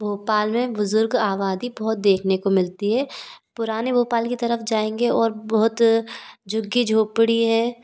भोपाल में बुज़ुर्ग आबादी बहुत देखने को मिलती है पुराने भोपाल की तरफ जाएंगे और बहुत झुग्गी झोपड़ी है